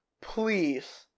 Please